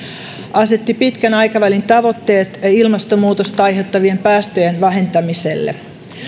asetti pitkän aikavälin tavoitteet ilmastonmuutosta aiheuttavien päästöjen vähentämiselle